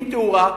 עם תאורה,